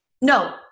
no